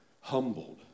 humbled